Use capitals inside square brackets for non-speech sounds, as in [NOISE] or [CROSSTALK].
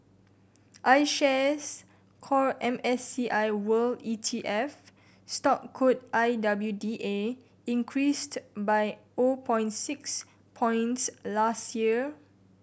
iShares Core M S C I World E T F stock code I W D A increased by [UNINTELLIGIBLE] point six points last year